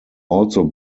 also